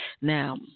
Now